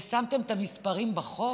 ושמתם את המספרים בחוק?